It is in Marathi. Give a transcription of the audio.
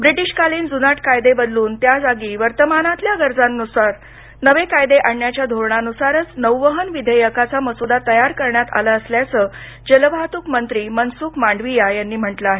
ब्रिटीशकालीन जुनाट कायदे बदलून त्याजागी वर्तमानातल्या गरजांनुरूप नवे कायदे आणण्याच्या धोरणानुसारच नौवहन विधेयकाचा मसूदा तयार करण्यात आला असल्याचं जलवाहतूक मंत्री मनसुख मांडविया यांनी म्हटलं आहे